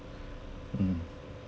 mm